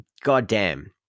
goddamn